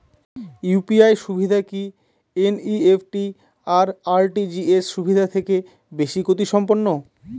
UPI সুবিধা কি NEFT আর আর.টি.জি.এস সুবিধা থেকে বেশি গতিসম্পন্ন?